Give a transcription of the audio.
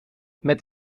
met